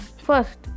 first